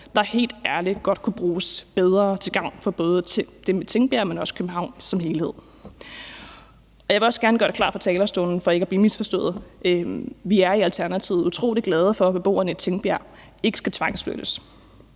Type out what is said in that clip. der helt ærligt godt kunne bruges bedre og til gavn for både dem i Tingbjerg, men også København som helhed. Jeg vil også gerne gøre det klart fra talerstolen for ikke at blive misforstået: Vi er i Alternativet utrolig glade for, at beboerne i Tingbjerg ikke skal tvangsflyttes.